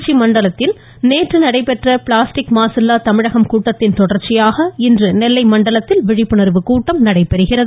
திருச்சி மண்டலத்தில் நேற்று நடைபெற்ற பிளாஸ்டிக் மாசில்லா தமிழகம் கூட்டத்தின் தொடர்ச்சியாக இன்று நெல்லை மண்டலத்தில் விழிப்புணர்வு கூட்டம் நடைபெறுகிறது